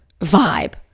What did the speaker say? vibe